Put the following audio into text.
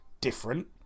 different